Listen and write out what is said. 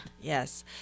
Yes